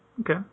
Okay